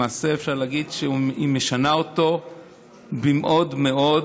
למעשה, אפשר להגיד שהיא משנה אותו במאוד מאוד.